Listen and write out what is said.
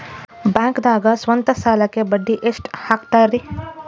ಬ್ಯಾಂಕ್ದಾಗ ಸ್ವಂತ ಸಾಲಕ್ಕೆ ಬಡ್ಡಿ ಎಷ್ಟ್ ಹಕ್ತಾರಿ?